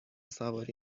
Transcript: سواری